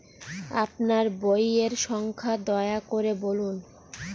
আপনার বইয়ের সংখ্যা দয়া করে বলুন?